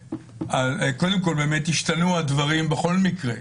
קודם כול, באמת השתנו הדברים בכל מקרה,